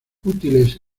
útiles